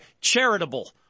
charitable